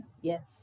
Yes